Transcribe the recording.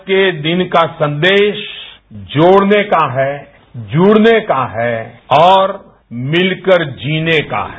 आज के दिन का संदेश जोड़ने का है जुड़ने का है और मिलकर जीने का है